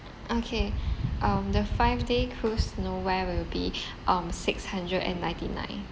okay um the five day cruise to nowhere will be um six hundred and ninety nine